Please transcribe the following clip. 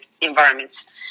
environments